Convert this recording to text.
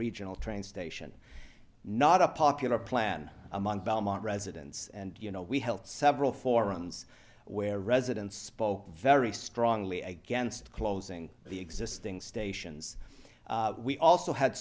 regional train station not a popular plan among belmont residents and you know we helped several forums where residents spoke very strongly against closing the existing stations we also had